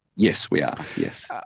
yes, we are, yes. ah